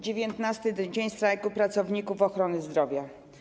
19. dzień strajku pracowników ochrony zdrowia.